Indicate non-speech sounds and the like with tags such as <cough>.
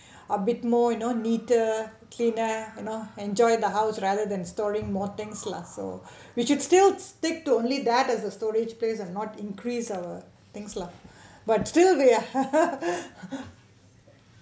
a bit more you know neater cleaner you know enjoy the house rather than storing more things lah so we should still stick to only that as a storage place and not increase our things lah but still we are <laughs>